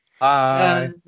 Hi